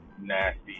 nasty